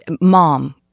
mom